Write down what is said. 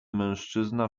mężczyzna